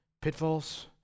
pitfalls